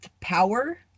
power